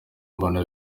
mbona